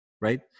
right